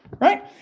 right